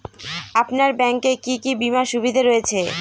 আপনার ব্যাংকে কি কি বিমার সুবিধা রয়েছে?